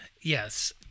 yes